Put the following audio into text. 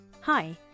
Hi